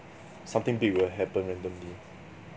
something big will happen randomly